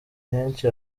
henshi